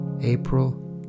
April